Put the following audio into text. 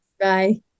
Bye